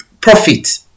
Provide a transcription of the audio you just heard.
profit